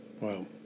Wow